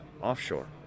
offshore